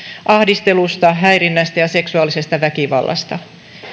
ahdistelusta häirinnästä ja seksuaalisesta väkivallasta